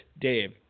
Dave